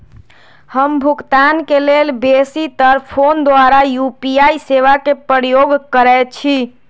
हम भुगतान के लेल बेशी तर् फोन द्वारा यू.पी.आई सेवा के प्रयोग करैछि